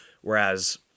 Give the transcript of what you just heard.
Whereas